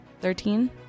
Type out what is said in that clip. Thirteen